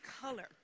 color